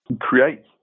create